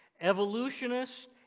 evolutionists